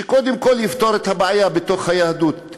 שקודם כול יפתור את הבעיה בתוך היהדות,